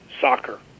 soccer